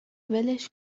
ولش